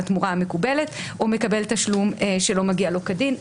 התמורה המקובלת או מקבל תשלום שלא מגיע לו כדין.